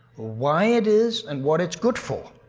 why it is and what it's good for,